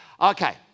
Okay